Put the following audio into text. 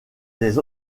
des